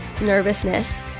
nervousness